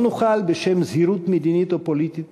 לא נוכל, בשם זהירות מדינית או פוליטית,